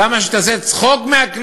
למה שהיא תעשה צחוק מהכנסת?